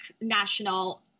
National